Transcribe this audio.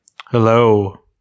Hello